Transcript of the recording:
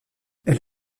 elle